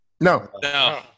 No